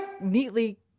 neatly